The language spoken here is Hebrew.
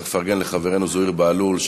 צריך לפרגן לחברנו זוהיר בהלול,